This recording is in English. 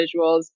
visuals